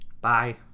bye